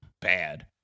bad